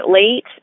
late